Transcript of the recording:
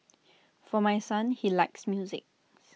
for my son he likes music